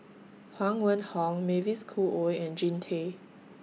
Huang Wenhong Mavis Khoo Oei and Jean Tay